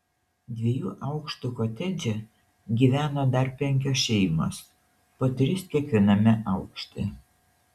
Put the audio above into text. dviejų aukštų kotedže gyveno dar penkios šeimos po tris kiekviename aukšte